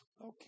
Okay